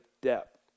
depth